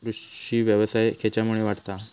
कृषीव्यवसाय खेच्यामुळे वाढता हा?